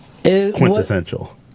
quintessential